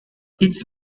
its